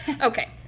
Okay